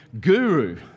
guru